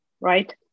right